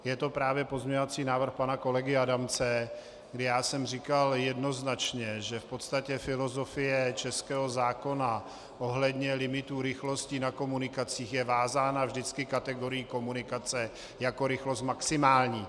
Je to právě pozměňovací návrh pana kolegy Adamce, kdy jsem říkal jednoznačně, že v podstatě filozofie českého zákona ohledně limitů rychlosti na komunikacích je vázána vždycky kategorií komunikace jako rychlost maximální.